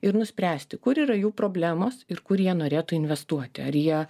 ir nuspręsti kur yra jų problemos ir kur jie norėtų investuoti ar jie